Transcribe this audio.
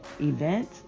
event